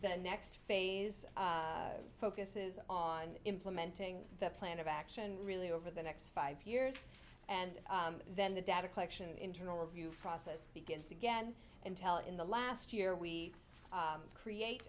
the next phase focuses on implementing the plan of action really over the next five years and then the data collection internal review process begins again until in the last year we create